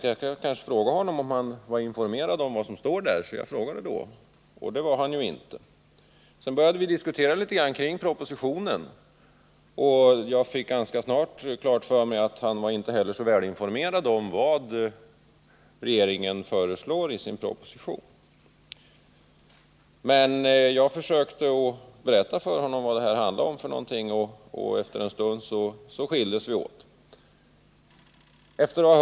Jag frågade honom om han var informerad om vad som står där, och det var han ju inte. Sedan började vi diskutera kring propositionen, och jag fick ganska klart för mig att han inte heller var så välinformerad om vad regeringen föreslår i sin proposition. Jag försökte berätta för honom vad det här handlar om, och efter en stund avslutade vi vårt samtal.